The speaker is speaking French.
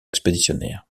expéditionnaire